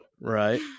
Right